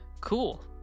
Cool